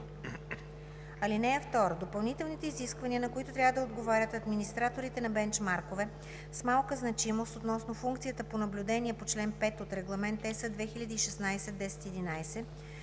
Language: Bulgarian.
(2) Допълнителните изисквания, на които трябва да отговарят администраторите на бенчмаркове с малка значимост, относно функцията по наблюдение по чл. 5 от Регламент (ЕС) 2016/1011,